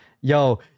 Yo